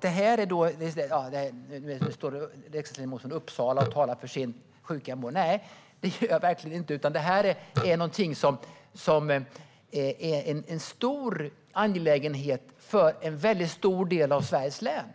Detta handlar inte om att jag som riksdagsledamot från Uppsala står här och talar för min sjuka mor, utan detta är en stor angelägenhet för en stor del av Sveriges län.